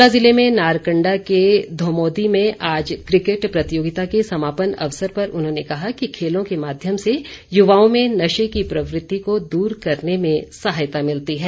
शिमला ज़िले में नारकंडा के धोमोदी में आज क्रिकेट प्रतियोगिता के समापन अवसर पर उन्होंने कहा कि खेलों के माध्यम से युवाओं में नशे की प्रवृति को दूर करने में सहायता मिलती है